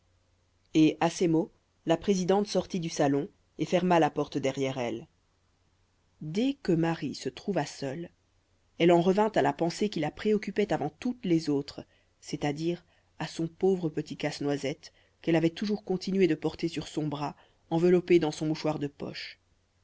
et à ces mots la présidente sortit du salon et ferma la porte derrière elle dès que marie se trouva seule elle en revint à la pensée qui la préoccupait avant toutes les autres c'est-à-dire à son pauvre petit casse-noisette qu'elle avait toujours continué de porter sur son bras enveloppé dans son mouchoir de poche